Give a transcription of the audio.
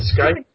Skype